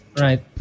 right